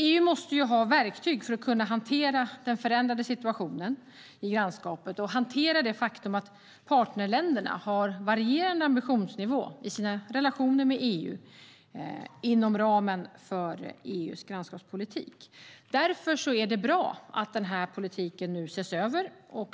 EU måste ha verktyg för att kunna hantera den förändrade situationen i grannskapet och kunna hantera det faktum att partnerländerna har varierande ambitionsnivå i sina relationer med EU inom ramen för EU:s grannskapspolitik. Därför är det bra att den här politiken nu ses över.